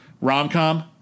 rom-com